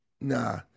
nah